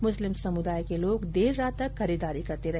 मुस्लिम समुदाय के लोग देर रात तक खरीदारी करते रहे